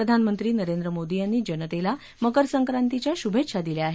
प्रधानमंत्री नरेंद्र मोदी यांनी जनतेला मकर संक्रांतीच्या शुभेच्छा दिल्या आहेत